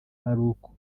faruku